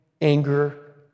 anger